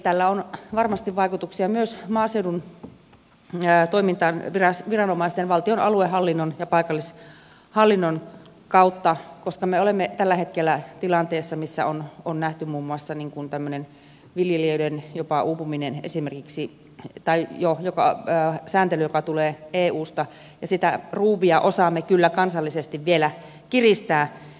tällä on varmasti vaikutuksia myös maaseudun toimintaan viranomaisten valtion aluehallinnon ja paikallishallinnon kautta koska me olemme tällä hetkellä tilanteessa jossa on nähty muun muassa esimerkiksi viljelijöiden jopa uupuminen esimeriksi tai joku joka ottaa sääntelyyn joka tulee eusta ja sitä ruuvia osaamme kyllä kansallisesti vielä kiristää